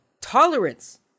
tolerance